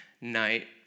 night